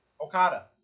Okada